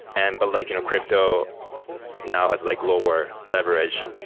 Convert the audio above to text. and but like you know crypto now has like lower leverage,